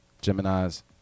Gemini's